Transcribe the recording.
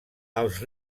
els